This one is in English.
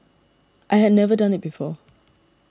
I had never done it before